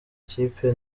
kipe